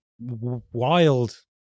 wild